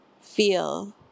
feel